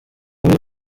muri